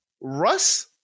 Russ